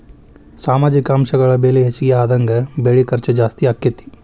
ಸಾಮಾಜಿಕ ಅಂಶಗಳ ಬೆಲೆ ಹೆಚಗಿ ಆದಂಗ ಬೆಳಿ ಖರ್ಚು ಜಾಸ್ತಿ ಅಕ್ಕತಿ